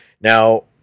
Now